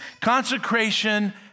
consecration